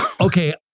okay